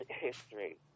history